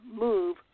move